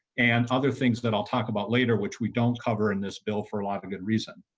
and other things that all talk about leader which we don't cover in this bill for like a good reason.